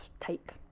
type